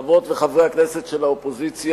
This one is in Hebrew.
חברות וחברי הכנסת של האופוזיציה,